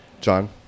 John